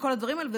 וכל הדברים האלה,